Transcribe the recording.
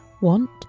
want